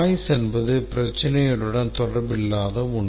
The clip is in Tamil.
Noise என்பது பிரச்சினையுடன் தொடர்பில்லாத ஒன்று